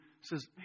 says